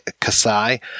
Kasai